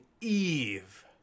Eve